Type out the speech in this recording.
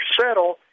settle